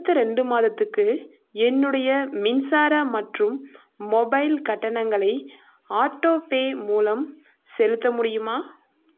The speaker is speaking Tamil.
அடுத்த ரெண்டு மாதத்துக்கு என்னுடைய மின்சார மற்றும் மொபைல் ஆட்டோபே மூலம் செலுத்த முடியுமா